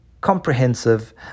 comprehensive